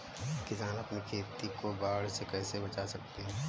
किसान अपनी खेती को बाढ़ से कैसे बचा सकते हैं?